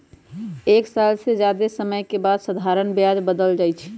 एक साल से जादे समय के बाद साधारण ब्याज बदल जाई छई